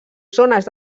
zones